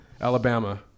alabama